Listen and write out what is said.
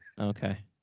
Okay